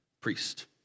priest